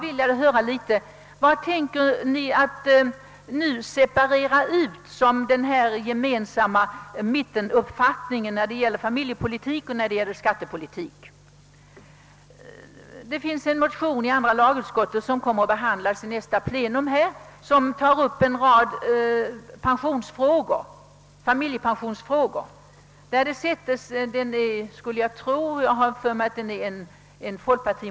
Vad tänker ni nu separera ut ur den gemensamma mittenuppfattningen när det gäller familjepolitiken och skattepolitiken? Andra lagutskottet har behandlat en motion från folkpartiet som kommer upp vid nästa plenum här i kammaren och som rör en rad familjepensionsfrågor.